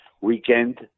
weekend